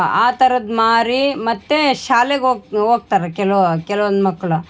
ಆ ಥರದ್ ಮಾರಿ ಮತ್ತು ಶಾಲೆಗೆ ಹೋಗ್ ಹೋಗ್ತಾರೆ ಕೆಲೊ ಕೆಲವೊಂದ್ ಮಕ್ಕಳು